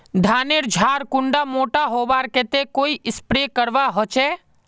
धानेर झार कुंडा मोटा होबार केते कोई स्प्रे करवा होचए?